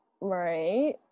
right